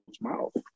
mouth